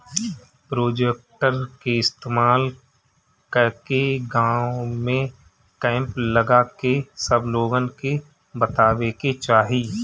projector के इस्तेमाल कके गाँव में कैंप लगा के सब लोगन के बतावे के चाहीं